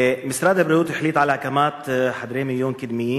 משרד הבריאות החליט על הקמת חדרי מיון קדמיים